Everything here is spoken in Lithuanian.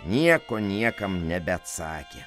nieko niekam nebeatsakė